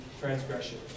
transgression